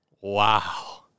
Wow